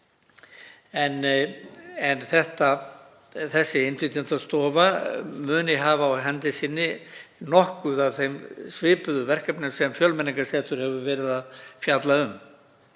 að þessi ráðgjafarstofa muni hafa á hendi sinni nokkuð af svipuðum verkefnum og Fjölmenningarsetur hefur verið að fjalla um.